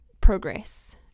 progress